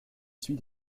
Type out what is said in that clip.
suit